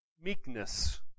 meekness